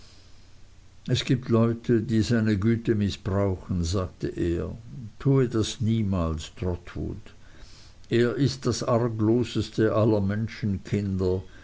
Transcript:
es gibt wohl leute die seine güte mißbrauchen sagte er tue du das niemals trotwood er ist das argloseste aller menschenkinder